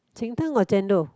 Cheng-Teng or Chendol